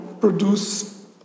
produce